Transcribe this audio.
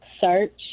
search